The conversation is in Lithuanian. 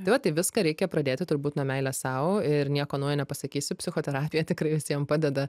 tai va tai viską reikia pradėti turbūt nuo meilės sau ir nieko naujo nepasakysiu psichoterapija tikrai visiem padeda